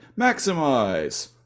maximize